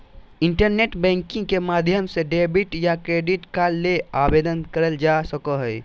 internet banking के माध्यम से डेबिट या क्रेडिट कार्ड ले आवेदन करल जा सको हय